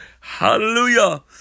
hallelujah